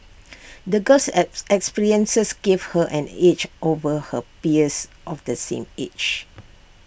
the girl's experiences gave her an edge over her peers of the same age